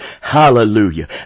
Hallelujah